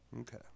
Okay